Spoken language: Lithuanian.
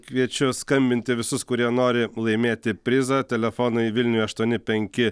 kviečiu skambinti visus kurie nori laimėti prizą telefonai vilniuje aštuoni penki